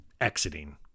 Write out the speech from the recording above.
exiting